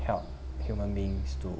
help human beings to